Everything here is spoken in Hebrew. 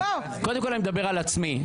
קודם כול אני מדבר על עצמי.